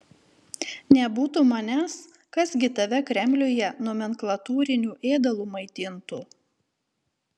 nebūtų manęs kas gi tave kremliuje nomenklatūriniu ėdalu maitintų